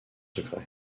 secret